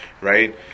right